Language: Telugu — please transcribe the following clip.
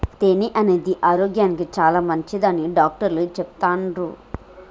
తేనె అనేది ఆరోగ్యానికి చాలా మంచిదని డాక్టర్లు చెపుతాన్రు